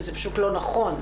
וזה פשוט לא נכון.